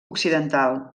occidental